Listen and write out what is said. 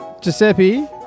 Giuseppe